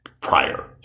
prior